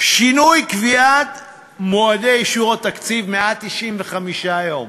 שינוי קביעת מועדי אישור התקציב, 195 יום.